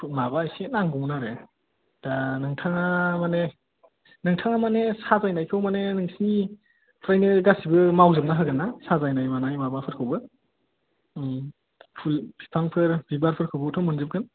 माबा एसे नांगौमोन आरो दा नोंथाङा माने नोंथाङा माने साजायनायखौ माने नोंसोरनिफ्रायनो गासैबो मावजोबनो हागोन ना साजायनाय मानाय माबाफोरखौबो फुल बिफांफोर बिबारफोरखौबोथ' मोनजोबगोन